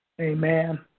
Amen